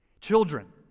Children